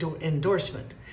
endorsement